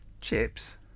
Chips